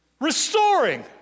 Restoring